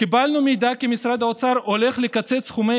קיבלנו מידע כי משרד האוצר הולך לקצץ סכומי